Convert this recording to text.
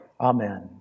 Amen